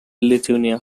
lithuania